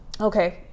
okay